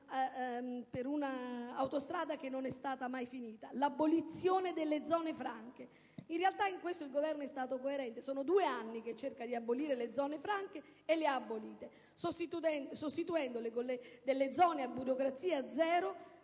per un'autostrada che non è stata mai finita. Sull'abolizione delle zone franche, in realtà il Governo è stato coerente. Sono due anni che cerca di abolire le zone franche e lo ha fatto, sostituendole con delle zone a burocrazia zero